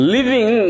Living